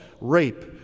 rape